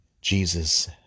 Jesus